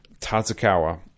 Tatsukawa